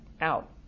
out